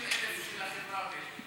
250,000 בשביל החברה הבדואית,